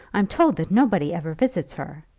i'm told that nobody ever visits her.